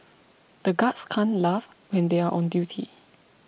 the guards can't laugh when they are on duty